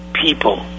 people